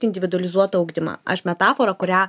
individualizuotą ugdymą aš metaforą kurią